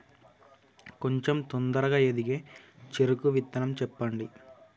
కొంచం తొందరగా ఎదిగే చెరుకు విత్తనం చెప్పండి?